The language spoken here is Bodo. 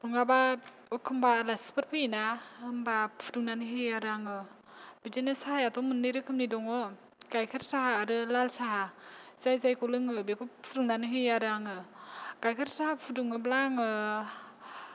नङाबा ओखमबा आलासिफोर फैयो ना होनबा फुदुंनानै होयो आरो आङो बिदिनो साहायाथ' मोननै रोखोमनि दङ गायखेर साहा आरो लाल साहा जाय जायखौ लोङो बेखौ फुदुंनानै होयो आरो आङो गायखेर साहा फुदुङोब्ला आङो